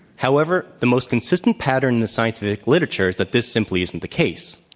however, the most consistent pattern in the scientific literature is that this simply isn't the case.